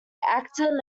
actor